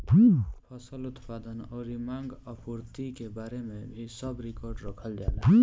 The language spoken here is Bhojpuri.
फसल उत्पादन अउरी मांग आपूर्ति के बारे में भी सब रिकार्ड रखल जाला